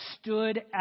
stood